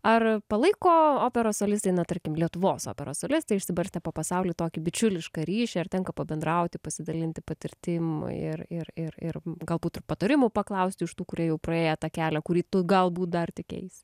ar palaiko operos solistai na tarkim lietuvos operos solistai išsibarstę po pasaulį tokį bičiulišką ryšį ar tenka pabendrauti pasidalinti patirtim ir ir ir ir galbūt ir patarimų paklausti iš tų kurie jau praėję tą kelią kurį tu galbūt dar tik eis